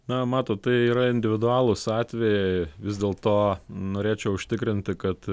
na matot tai yra individualūs atvejai vis dėlto norėčiau užtikrinti kad